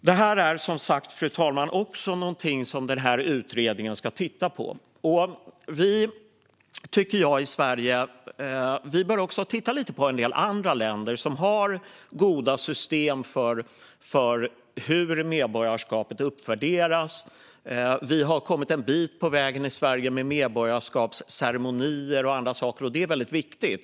Detta är som sagt någonting som utredningen också ska titta på. Fru talman! Jag tycker att vi i Sverige också bör titta lite på en del andra länder där det finns goda system för hur medborgarskapet kan uppvärderas. Vi har kommit en bit på vägen i Sverige med medborgarskapsceremonier och andra saker, och det är väldigt viktigt.